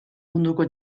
munduko